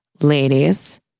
Ladies